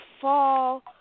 fall